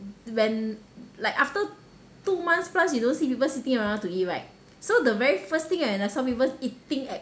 when like after two months plus you don't see people seating around to eat right so the very first thing when I saw some people eating at